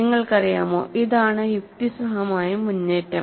നിങ്ങൾക്കറിയാമോ ഇതാണ് യുക്തിസഹമായ മുന്നേറ്റം